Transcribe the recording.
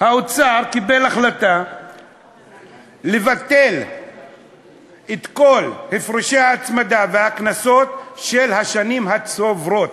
האוצר קיבל החלטה לבטל את כל הפרשי ההצמדה והקנסות של השנים הצוברות,